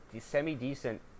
semi-decent